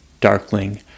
Darkling